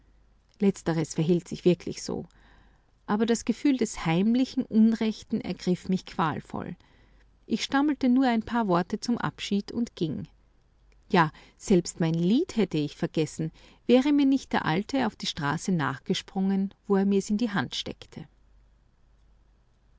letzteres verhielt sich wirklich so aber das gefühl des heimlichen unrechten ergriff mich qualvoll ich stammelte nur ein paar worte zum abschied und ging ja selbst mein lied hätte ich vergessen wäre mir nicht der alte auf die straße nachgesprungen wo er mir's in die hand steckte